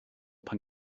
pan